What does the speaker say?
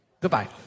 Goodbye